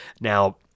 now